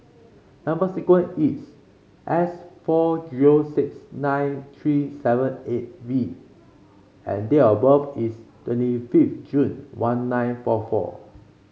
number sequence is S four zero six nine three seven eight V and date of birth is twenty fifth June one nine four four